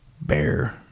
bear